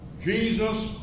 Jesus